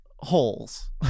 Holes